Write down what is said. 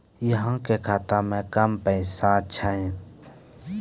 अहाँ के खाता मे कम पैसा छथिन?